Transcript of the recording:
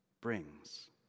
brings